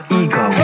ego